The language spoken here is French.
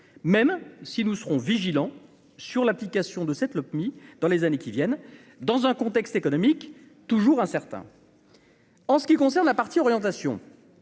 même si nous serons vigilants sur l'application de cette Lopmi dans les années qui viennent, dans un contexte économique toujours incertain. En ce qui concerne la partie orientation